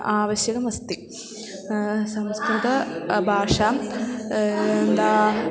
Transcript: आवश्यकमस्ति संस्कृत भाषां दा